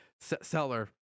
Seller